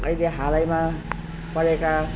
अहिले हालैमा पढेका